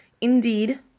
Indeed